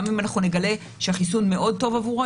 גם אם אנחנו נגלה שהחיסון מאוד טוב עבורו,